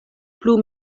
plu